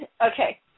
Okay